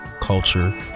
culture